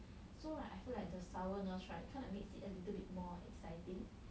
so right I feel like the sourness right kind of makes it a little more exciting